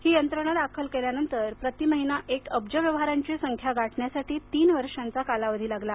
ही यंत्रणा दाखल केल्यानंतर प्रती महिना एक अब्ज व्यवहारांची संख्या गाठण्यासाठी तीन वर्षांचा कालावधी लागला